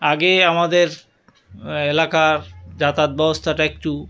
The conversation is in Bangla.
আগে আমাদের এলাকার যাতায়াত ব্যবস্থাটা একটু